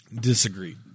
Disagree